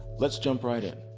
let's jump right in.